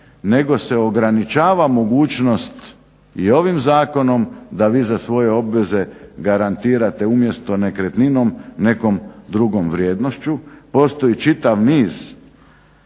nego se ograničava mogućnost i ovim zakonom da vi za svoje obveze garantirate umjesto nekretninom nekom drugom vrijednošću. Postoji čitav niz